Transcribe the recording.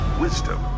wisdom